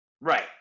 right